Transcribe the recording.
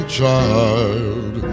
child